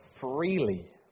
freely